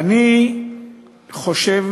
אני חושב